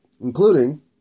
including